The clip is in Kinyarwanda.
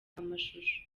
amashusho